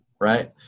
right